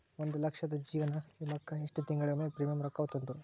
ಒಂದ್ ಲಕ್ಷದ ಜೇವನ ವಿಮಾಕ್ಕ ಎಷ್ಟ ತಿಂಗಳಿಗೊಮ್ಮೆ ಪ್ರೇಮಿಯಂ ರೊಕ್ಕಾ ತುಂತುರು?